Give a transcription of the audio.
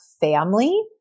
family